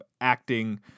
acting